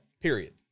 period